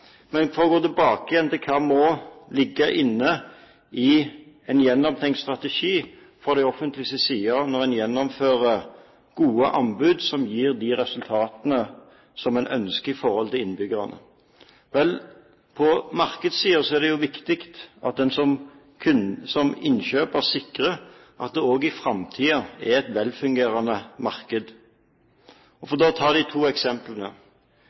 Men for å gå tilbake til hva som må ligge inne i en gjennomtenkt strategi fra det offentliges side når en gjennomfører gode anbud som gir de resultatene som en ønsker i forhold til innbyggerne, så er det på markedssiden viktig at en som innkjøper sikrer at det også i framtiden er et velfungerende marked. Så til de to eksemplene: